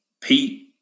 Pete